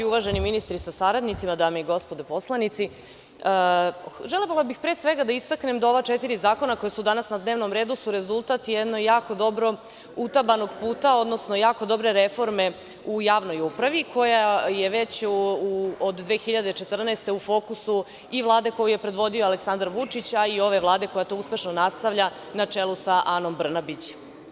Uvaženi ministri sa saradnicima, dame i gospodo poslanici, želela bih pre svega da istaknem da ova četiri zakona koja su danas na dnevnom redu su rezultat jednog jako dobro utabanog puta, odnosno jako dobre reforme u javnoj upravi koja je već od 2014. godine u fokusu i Vlade koju je predvodio Aleksandar Vučić, a i ove Vlade koja to uspešno nastavlja, na čelu sa Anom Brnabić.